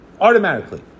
automatically